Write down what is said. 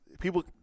People